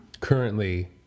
Currently